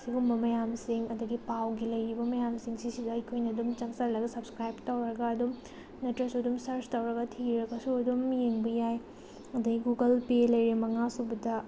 ꯁꯤꯒꯨꯝꯕ ꯃꯌꯥꯝꯁꯤꯡ ꯑꯗꯒꯤ ꯄꯥꯎꯒꯤ ꯂꯩꯔꯤꯕ ꯃꯌꯥꯝꯁꯤꯡꯁꯤꯗ ꯑꯩꯈꯣꯏꯅ ꯑꯗꯨꯝ ꯆꯪꯁꯤꯜꯂꯒ ꯁꯕꯁꯀ꯭ꯔꯥꯏꯕ ꯇꯧꯔꯒ ꯑꯗꯨꯝ ꯅꯠꯇ꯭ꯔꯁꯨ ꯑꯗꯨꯝ ꯁꯔꯁ ꯇꯧꯔꯒ ꯊꯤꯔꯒꯁꯨ ꯑꯗꯨꯝ ꯌꯦꯡꯕ ꯌꯥꯏ ꯑꯗꯒꯤ ꯒꯨꯒꯜ ꯄꯦ ꯂꯩꯔꯦ ꯃꯉꯥ ꯁꯨꯕꯗ